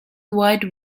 wide